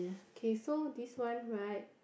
okay so this one right